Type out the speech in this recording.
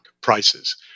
prices